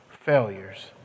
failures